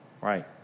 Right